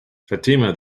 fatima